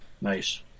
Nice